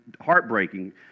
heartbreaking